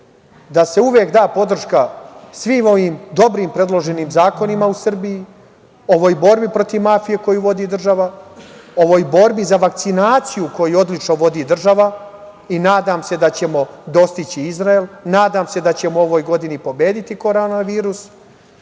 da se uvek da podrška svim ovim dobrim predloženim zakonima u Srbiji, ovoj borbi protiv mafije koju vodi država, ovoj borbi za vakcinaciju koju odlično vodi država i nadam se da ćemo dostići Izrael. Nadam da ćemo u ovoj godini pobediti koronu virus,